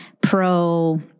pro